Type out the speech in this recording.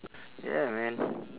yeah man